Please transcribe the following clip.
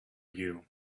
you